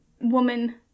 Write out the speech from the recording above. woman